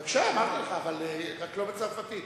בבקשה, אבל לא בצרפתית.